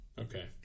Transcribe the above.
Okay